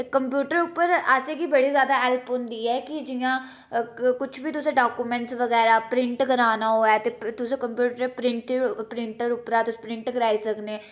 ते कंप्यूटर उप्पर असेंगे बड़ी ज्यादा हेल्प होंदी ऐ कि जियां कुछ बी तुसें डाक्यूमेंट्स बगैरा प्रिंट कराना होऐ ते तुस कम्प्यूटर प्रिंटर प्रिंटर उप्परा तुस प्रिंट कराई सकने